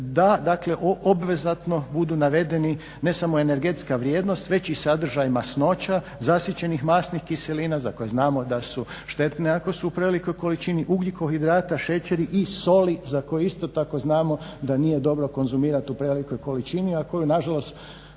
dakle obvezatno budu navedeni ne samo energetska vrijednost već i sadržaj masnoća, zasićenih masnih kiselina za koje znamo da su štetne ako su u prevelikoj količini, ugljikohidrati, šećeri i soli za koje isto tako znamo da nije dobro konzumirati u prevelikoj količini a koju nažalost